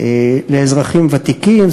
לאזרחים ותיקים,